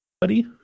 buddy